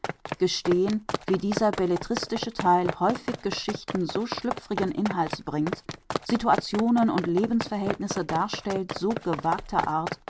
gestehen wie dieser belletristische theil häufig geschichten so schlüpfrigen inhalts bringt situationen und lebensverhältnisse darstellt so gewagter art